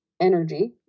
energy